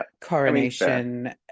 coronation